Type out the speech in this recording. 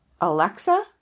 Alexa